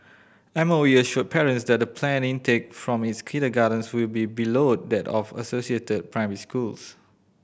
M O E assured parents that the planned intake from its kindergartens will be below that of the associated primary schools